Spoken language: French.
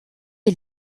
est